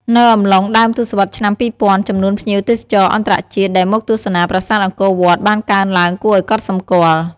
នៅអំឡុង ដើមទសវត្សរ៍ឆ្នាំ ២០០០ ចំនួនភ្ញៀវទេសចរអន្តរជាតិដែលមកទស្សនាប្រាសាទអង្គរវត្តបានកើនឡើងគួរឲ្យកត់សម្គាល់។